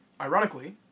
ironically